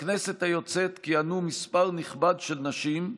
בכנסת היוצאת כיהנו מספר נכבד של נשים,